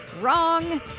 Wrong